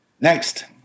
Next